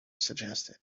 suggested